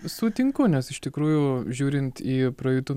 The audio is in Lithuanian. sutinku nes iš tikrųjų žiūrint į praeitų